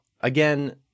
Again